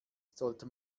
sollte